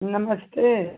नमस्ते